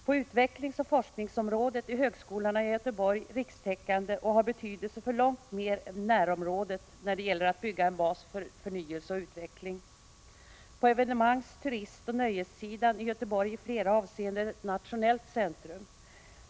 På utvecklingsoch forskningsområdet är högskolorna i Göteborg rikstäckande och har betydelse för långt mer än närområdet när det gäller att bygga en bas för förnyelse och utveckling. På evenemangs-, turistoch nöjessidan är Göteborg i flera avseenden ett nationellt centrum.